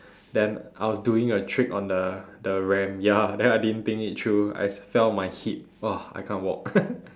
then I was doing a trick on the the ramp ya then I didn't think it through I fell on my hip !wah! I can't walk